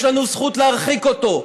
יש לנו זכות להרחיק אותו,